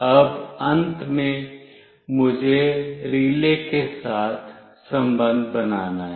अब अंत में मुझे रिले के साथ संबंध बनाना है